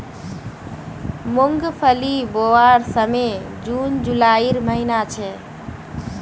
मूंगफली बोवार समय जून जुलाईर महिना छे